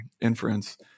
inference